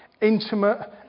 Intimate